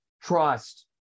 trust